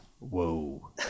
whoa